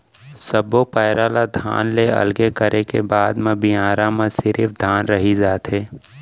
सब्बो पैरा ल धान ले अलगे करे के बाद म बियारा म सिरिफ धान रहि जाथे